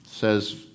says